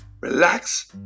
relax